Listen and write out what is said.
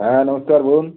হ্যাঁ নমস্কার বলুন